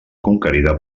conquerida